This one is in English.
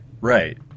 right